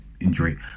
injury